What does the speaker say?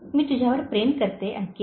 मी तुझ्यावर प्रेम करते अंकित